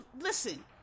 listen